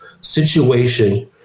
situation